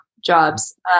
jobs